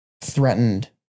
threatened